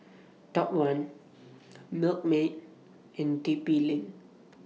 Top one Milkmaid and T P LINK